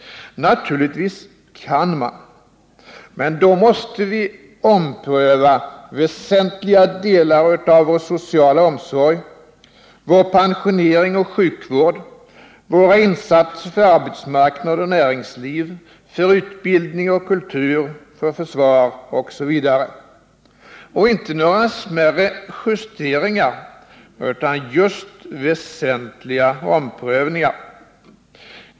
Naturligtvis kan man göra det, men då måste vi ompröva väsentliga delar av vår sociala omsorg: pensionering och sjukvård, våra insatser för arbetsmarknad och näringsliv, för utbildning och kultur, för försvar osv. Och det skall då inte vara några smärre justeringar utan just väsentliga omprövningar.